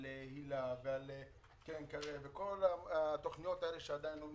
על היל"ה ועל קרן קרב ועל כל התוכניות הללו שעדיין לא מתוקצבות.